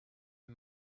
her